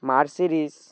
Mercedes